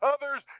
Others